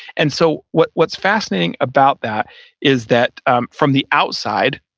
and so what's what's fascinating about that is that um from the outside